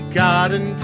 garden